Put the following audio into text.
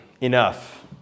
enough